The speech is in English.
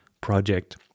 project